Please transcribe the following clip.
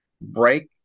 break